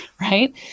right